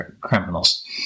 criminals